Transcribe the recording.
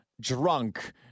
drunk